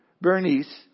Bernice